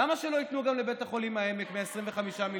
למה שלא ייתנו גם לבית החולים העמק מ-25 המיליון,